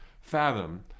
fathom